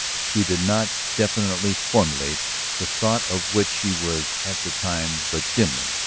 she did not definitely formulate the thought of which she was at the time but dimly,